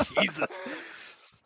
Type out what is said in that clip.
Jesus